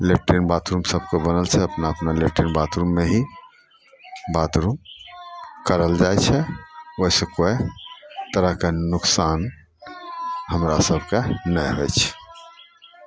latrine bathroom सबके बनल छै अपना अपना लैट्रिंग बाथरूममे ही बाथरूम करल जाइ छै ओइसँ कोइ तरहके नुकसान हमरासबके नहि होइ छै